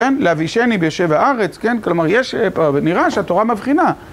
כן, להבישני ביושב הארץ, כן, כלומר יש, נראה שהתורה מבחינה.